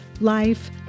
life